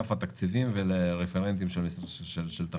לאגף התקציבים ולרפרנטים של תחבורה.